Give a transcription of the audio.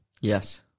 Yes